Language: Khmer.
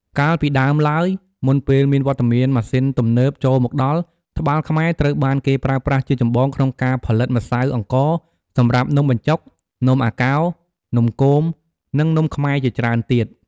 កាលពីដើមឡើយ មុនពេលមានវត្តមានម៉ាស៊ីនទំនើបចូលមកដល់ ត្បាល់ខ្មែរត្រូវបានគេប្រើប្រាស់ជាចម្បងក្នុងការផលិតម្សៅអង្ករសម្រាប់នំបញ្ចុក នំអាកោ នំគម និងនំខ្មែរជាច្រើនទៀត។